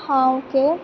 हां ओके